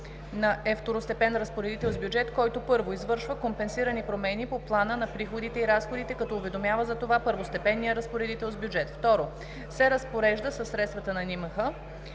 е второстепенен разпоредител с бюджет, който: 1. извършва компенсирани промени по плана на приходите и разходите, като уведомява за това първостепенния разпоредител с бюджет; 2. се разпорежда със средствата на НИМХ;